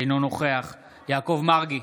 אינו נוכח יעקב מרגי,